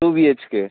two B H K